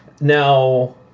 Now